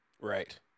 Right